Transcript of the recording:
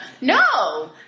No